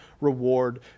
reward